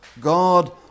God